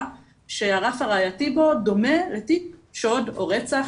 שהרף הראייתי בו דומה לתיק שוד או רצח,